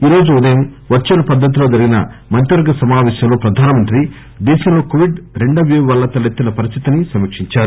ఈరోజు ఉదయం వర్సువల్ పద్గతిలో జరిగిన మంత్రివర్గ సమాపేశంలో ప్రధానమంత్రి దేశంలో కోవిడ్ రెండవ పేప్ వల్ల తలెత్తిన పరిస్వితిని సమీక్షించారు